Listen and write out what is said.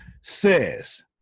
Says